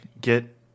get